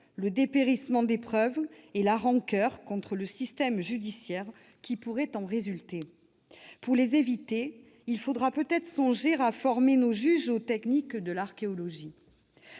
le dépérissement des preuves et la rancoeur contre le système judiciaire qui pourrait en résulter. Pour les éviter, il faudra peut-être songer à former nos juges aux techniques de l'archéologie